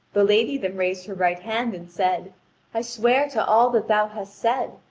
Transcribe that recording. the lady then raised her right hand and said i swear to all that thou hast said,